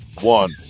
One